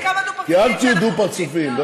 אל תהיו דו-פרצופיים.